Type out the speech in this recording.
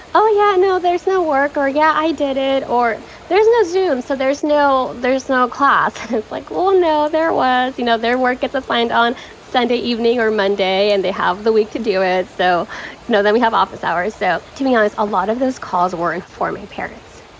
oh, yeah. no, there's no work. or yeah, i did it. or there's no zoom. so there's no there's no class. it's like, well, no there was. you know, their work is assigned on sunday evening or monday. and they have the week to do it. so you know that we have office hours. so to be honest a lot of those calls were informing parents.